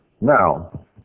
Now